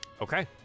Okay